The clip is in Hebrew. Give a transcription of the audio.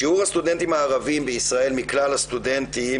שיעור הסטודנטים הערביים בישראל מכלל הסטודנטים